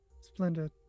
Splendid